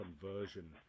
conversion